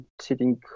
sitting